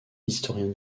historien